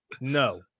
No